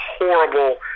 horrible